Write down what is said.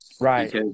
right